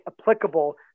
applicable